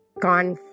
gone